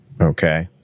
Okay